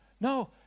No